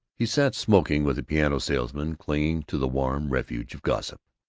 he sat smoking with the piano-salesman, clinging to the warm refuge of gossip,